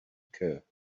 occur